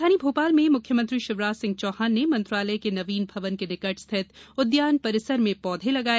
राजधानी भोपाल में मुख्यमंत्री शिवराज सिंह चौहान ने मंत्रालय के नवीन भवन के निकट स्थित उद्यान परिसर में पौधे लगाए